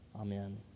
Amen